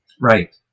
right